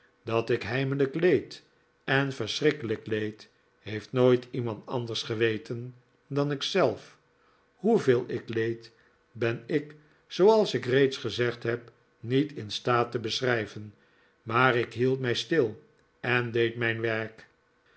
dat ik heimelijk leed en verschrikkelijk leed heeft nooit iemand anders geweten dan ik zelf hoeveel ik leed ben ik zooals ik reeds gezegd heb niet in staat te beschrijven maar ik hield mij stil en deed mijn werk